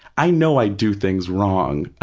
i know i do things wrong,